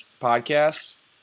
podcast